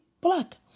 black